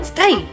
Stay